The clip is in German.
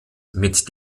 mit